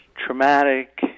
traumatic